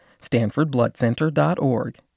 StanfordBloodCenter.org